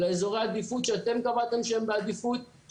לאזורי עדיפות שאתם קבעתם שהם בעדיפות.